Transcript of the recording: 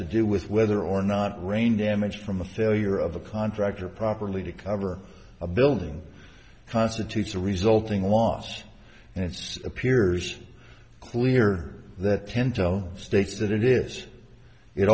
to do with whether or not rain damage from the failure of a contractor properly to cover a building constitutes a resulting loss and it's appears clear that states that it is it